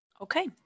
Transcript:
Okay